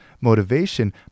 motivation